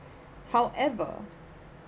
however